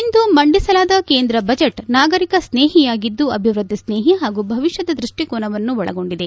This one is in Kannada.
ಇಂದು ಮಂಡಿಸಲಾದ ಕೇಂದ್ರ ಬಜೆಟ್ ನಾಗರಿಕ ಸ್ನೇಹಿಯಾಗಿದ್ದು ಅಭಿವೃದ್ಧಿಸ್ನೇಹಿ ಹಾಗೂ ಭವಿಷ್ಯದ ದೃಷ್ಟಿಕೋನವನ್ನು ಒಳಗೊಂಡಿದೆ